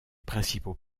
principaux